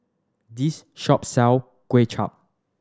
this shop sell Kuay Chap